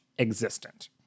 existent